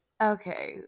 Okay